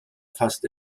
fast